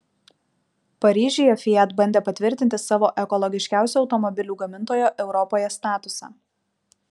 paryžiuje fiat bandė patvirtinti savo ekologiškiausio automobilių gamintojo europoje statusą